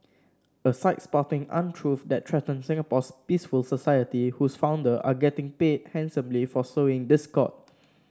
a site spouting untruth that threaten Singapore's peaceful society whose founder are getting paid handsomely for sowing discord